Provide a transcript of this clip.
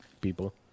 people